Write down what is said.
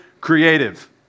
creative